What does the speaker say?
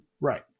Right